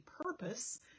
purpose